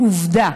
עובדה.